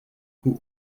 who